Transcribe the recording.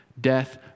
death